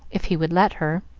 if he would let her.